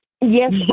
Yes